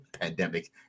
pandemic